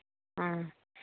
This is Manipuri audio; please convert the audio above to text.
ꯎꯝ